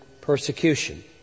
persecution